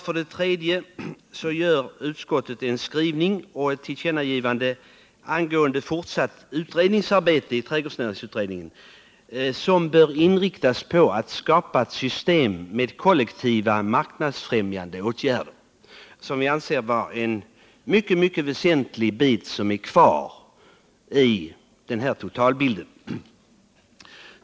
För det tredje har utskottet en skrivning och gör ett tillkännagivande angående fortsatt utredningsarbete i trädgårdsnäringsutredningen, som bör inriktas på att skapa ett system med kollektiva marknadsfrämjande åtgärder. Vi anser detta vara en mycket väsentlig bit som fattas i totalbilden.